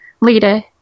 Leader